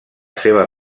seva